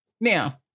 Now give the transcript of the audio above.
Now